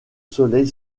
soleil